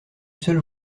seule